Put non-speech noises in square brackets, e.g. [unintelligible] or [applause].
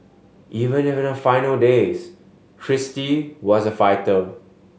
even [unintelligible] final days Kristie was a fighter